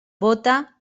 bóta